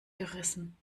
gerissen